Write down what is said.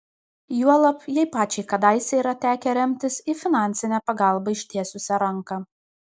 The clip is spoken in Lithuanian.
juolab jai pačiai kadaise yra tekę remtis į finansinę pagalbą ištiesusią ranką